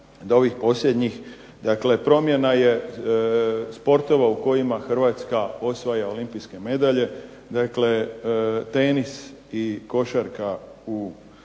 do ovih promjena sportova u kojima Hrvatska osvaja olimpijske medalje, dakle tenis i košarka u Barceloni,